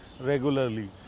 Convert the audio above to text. regularly